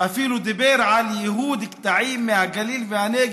הוא אפילו דיבר על ייהוד קטעים מהגליל והנגב,